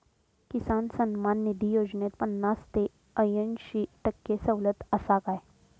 किसान सन्मान निधी योजनेत पन्नास ते अंयशी टक्के सवलत आसा काय?